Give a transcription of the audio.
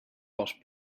past